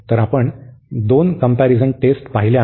तर आपण दोन कंम्पॅरिझन टेस्ट पाहिल्या आहेत